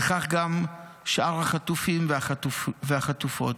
וכך גם שאר החטופים והחטופות.